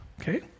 Okay